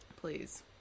Please